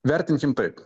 vertinkim taip